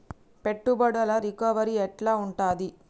పెట్టుబడుల రికవరీ ఎట్ల ఉంటది?